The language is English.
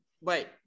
wait